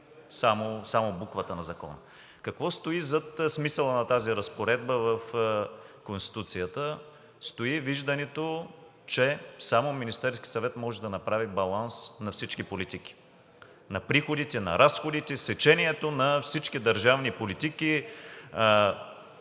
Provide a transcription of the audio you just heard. само буквата на закона. Какво стои зад смисъла на тази разпоредба в Конституцията? Стои виждането, че само Министерският съвет може да направи баланс на всички политики – на приходите, на разходите, сечението на всички държавни политики,